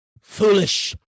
foolish